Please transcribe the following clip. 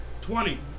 Twenty